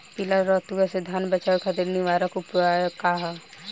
पीला रतुआ से धान बचावे खातिर निवारक उपाय का ह?